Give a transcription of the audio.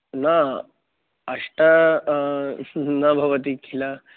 न अष्ट न भवति खिल